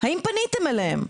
האם פניתם אליהן?